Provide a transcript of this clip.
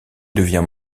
devient